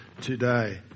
today